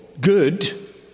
good